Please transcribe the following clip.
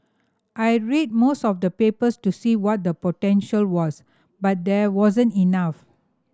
I read most of the papers to see what the potential was but there wasn't enough